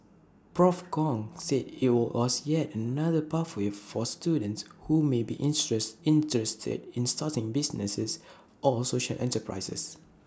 Prof Kong said IT were was yet another pathway for students who may be interest interested in starting businesses or social enterprises